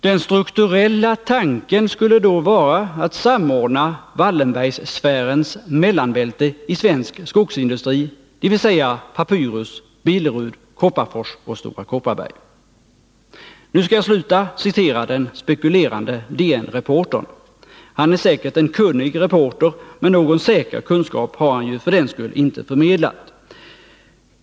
Den strukturella tanken skulle då vara att samordna Wallenbergssfärens ”mellanbälte” i svensk skogsindustri, dvs. Papyrus, Billerud, Kopparfors och Stora Kopparberg.” Nu skall jag sluta citera den spekulerande DN-reportern. Han är säkert en kunnig reporter, men någon säker kunskap har han ju för den skull inte förmedlat.